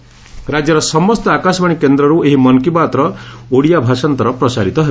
ରାକ୍ୟର ସମସ୍ତ ଆକାଶବାଶୀ କେନ୍ଦରରୁ ଏହି ମନ୍ କି ବାତ୍ର ଓଡ଼ିଆ ଭାଷାନ୍ତର ପ୍ରଚାରିତ ହେବ